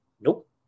Nope